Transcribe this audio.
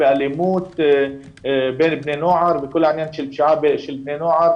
באלימות בקרב בני נוער וכל העניין של פשיעת בני נוער.